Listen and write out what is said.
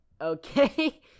Okay